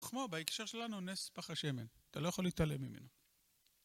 כמו בהקשר שלנו נס פך השמן, אתה לא יכול להתעלם ממנו.